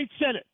senate